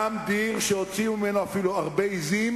גם דיר שהוציאו ממנו אפילו הרבה עזים,